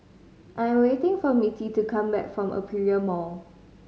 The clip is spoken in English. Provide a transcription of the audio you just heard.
I'm waiting for Mittie to come back from Aperia Mall